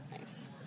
Nice